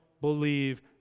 believe